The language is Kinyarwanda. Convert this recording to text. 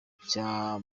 cya